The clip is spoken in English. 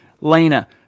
Lena